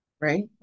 right